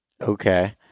Okay